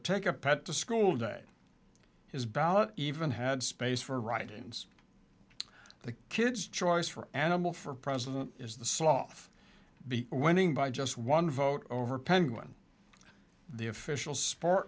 take a pet to school day his ballot even had space for writings the kids choice for animal for president is the soft be winning by just one vote over penguin the official sport